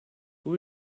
who